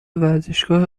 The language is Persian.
ورزشگاه